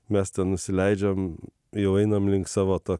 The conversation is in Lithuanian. mes ten nusileidžiam jau einam link savo to